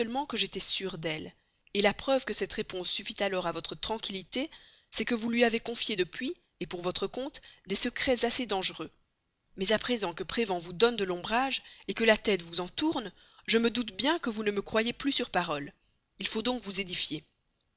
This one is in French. que j'étais sûre d'elle la preuve que cette réponse suffit alors à votre tranquillité c'est que vous lui avez confié depuis pour votre compte des secrets assez dangereux mais à présent que prévan vous donne de l'ombrage que la tête vous en tourne je me doute bien que vous ne me croyez plus sur parole il faut donc vous édifier